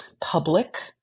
public